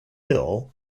hill